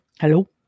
Hello